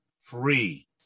free